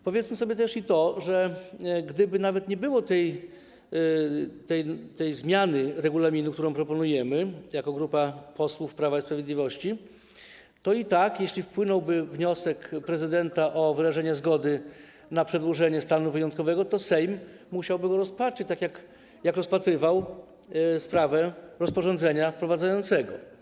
Powiedzmy sobie, że gdyby nawet nie było tej zmiany regulaminu, którą proponujemy jako grupa posłów Prawa i Sprawiedliwości, to i tak, jeśli wpłynąłby wniosek prezydenta o wyrażenie zgody na przedłużenie stanu wyjątkowego, Sejm musiałby go rozpatrzyć, tak jak rozpatrywał sprawę rozporządzenia wprowadzającego.